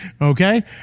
okay